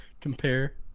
compare